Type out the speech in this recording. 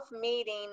meeting